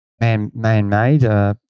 man-made